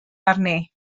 arni